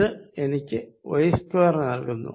ഇത് എനിക്ക് y2 നൽകുന്നു